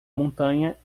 montanha